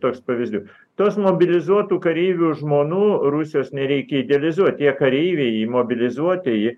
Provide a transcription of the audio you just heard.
toks pavyzdys tos mobilizuotų kareivių žmonų rusijos nereikia idealizuot tie kareiviai mobilizuotieji